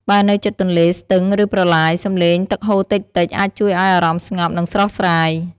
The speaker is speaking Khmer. បើនៅជិតទន្លេ ស្ទឹង ឬប្រឡាយ សំឡេងទឹកហូរតិចៗអាចជួយឱ្យអារម្មណ៍ស្ងប់ និងស្រស់ស្រាយ។